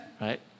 right